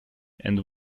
and